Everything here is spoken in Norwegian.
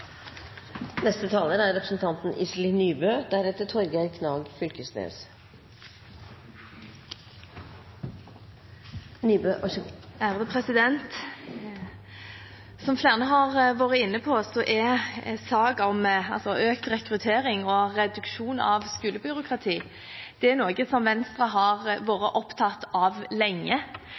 Som flere har vært inne på, er økt rekruttering og reduksjon av skolebyråkratiet noe som Venstre har vært opptatt av lenge,